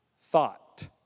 thought